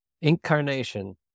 Incarnation